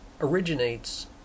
originates